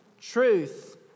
truth